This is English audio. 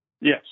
Yes